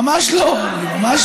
ממש לא.